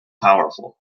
powerful